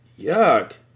Yuck